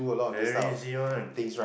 very easy one